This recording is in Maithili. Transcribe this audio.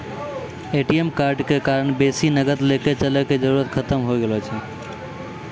ए.टी.एम कार्डो के कारण बेसी नगद लैके चलै के जरुरत खतम होय गेलो छै